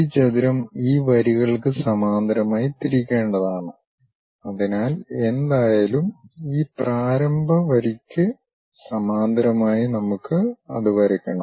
ഈ ചതുരം ഈ വരികൾക്ക് സമാന്തരമായി തിരിക്കേണ്ടതാണ് അതിനാൽ എന്തായാലും ഈ പ്രാരംഭ വരിക്ക് സമാന്തരമായി നമുക്ക് അത് വരയ്ക്കണം